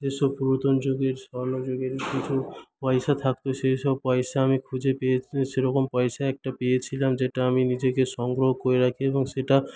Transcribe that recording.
যেসব পুরাতন যুগের স্বর্ণ যুগের কিছু পয়সা থাকত সেইসব পয়সা আমি খুঁজে পেয়েছি সেই রকম পয়সা একটা পেয়েছিলাম যেটা আমি নিজেকে সংগ্রহ করে রাখি এবং সেটা